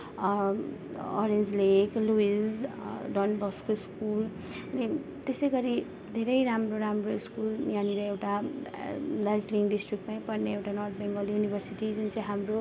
arrange लेक लुइस Don Bosco school त्यसै गरी धेरै राम्रो राम्रो स्कुल यहाँनिर एउटा दार्जिलिङ डिस्ट्रि्कमै पर्ने एउटा नर्थ बेङ्गाल युनिभर्सिटी जुन चाहिँ हाम्रो